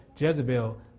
Jezebel